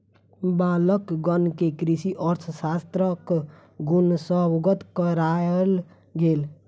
बालकगण के कृषि अर्थशास्त्रक गुण सॅ अवगत करायल गेल